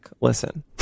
Listen